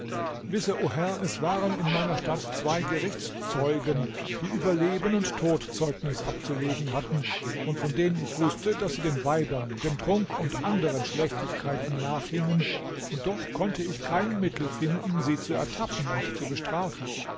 o herr es waren in meiner stadt zwei gerichtszeugen die über leben und tod zeugnis abzulegen hatten und von denen ich wußte daß sie den weibern dem trunk und anderen schlechtigkeiten nachhingen und doch konnte ich kein mittel finden sie zu ertappen und zu bestrafen